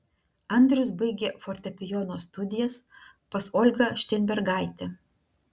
andrius baigė fortepijono studijas pas olgą šteinbergaitę